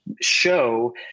show